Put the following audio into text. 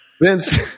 Vince